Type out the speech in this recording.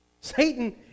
Satan